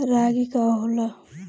रागी का होला?